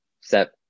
set